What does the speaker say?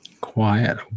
quiet